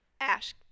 Ash